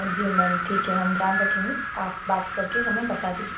जी ma'am ठीक है हम ध्यान रखेंगे आप बात करके हमें बता दीजिए